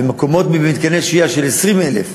ויהיו במתקני שהייה מקומות ל-20,000,